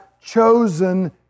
chosen